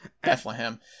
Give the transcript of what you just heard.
Bethlehem